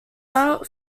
route